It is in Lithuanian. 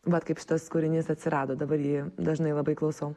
vat kaip šitas kūrinys atsirado dabar jį dažnai labai klausau